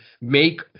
Make